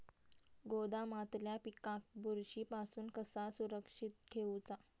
गोदामातल्या पिकाक बुरशी पासून कसा सुरक्षित ठेऊचा?